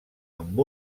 amb